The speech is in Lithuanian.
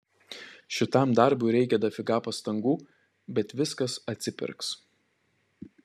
šitam darbui reikia dafiga pastangų bet viskas atsipirks